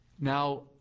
now